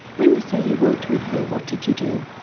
when you say you worked with her, what did you do?